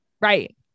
right